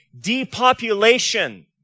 depopulation